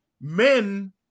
Men